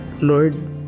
Lord